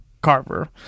Carver